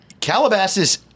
Calabasas